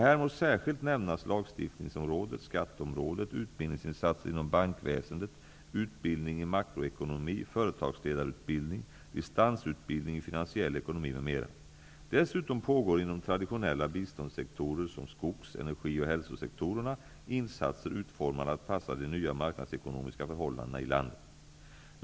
Här må särskilt nämnas lagstiftningsområdet, skatteområdet, utbildningsinsatser inom bankväsendet, utbildning i makroekonomi, företagsledarutbildning, distansutbildning i finansiell ekonomi m.m. Dessutom pågår inom traditionella biståndssektorer som skogs , energi och hälsosektorerna insatser utformade att passa de nya marknadsekonomiska förhållandena i landet.